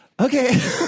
Okay